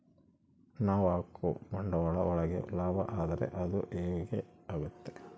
ನಾವ್ ಹಾಕೋ ಬಂಡವಾಳ ಒಳಗ ಲಾಭ ಆದ್ರೆ ಅದು ಗೇನ್ ಆಗುತ್ತೆ